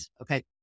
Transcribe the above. Okay